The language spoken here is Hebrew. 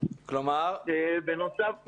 זאת אומרת,